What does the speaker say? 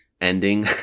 ending